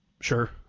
Sure